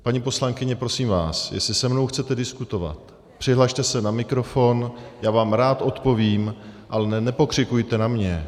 Paní poslankyně, prosím vás, jestli se mnou chcete diskutovat, přihlaste se na mikrofon, já vám rád odpovím, ale nepokřikujte na mě.